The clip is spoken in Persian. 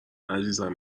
عزیزم